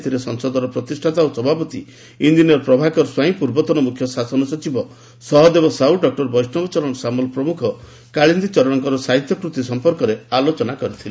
ଏଥିରେ ସଂସଦର ପ୍ରତିଷ୍ଠାତା ଓ ସଭାପତି ଇଂ ପ୍ରଭାକର ସ୍ୱାଇଁ ପୂର୍ବତନ ମୁଖ୍ୟ ଶାସନ ସଚିବ ସହଦେବ ସାହୁ ଡକ୍ଟର ବୈଷବଚରଣ ସାମଲ ପ୍ରମୁଖ କାଳିନ୍ଦୀଚରଣଙ୍କ ସାହିତ୍ୟକୃତି ସମ୍ପର୍କରେ ଆଲୋଚନା କରିଥିଲେ